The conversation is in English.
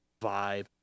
vibe